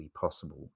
possible